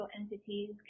entities